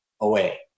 away